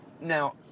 Now